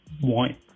white